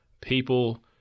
People